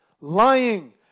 Lying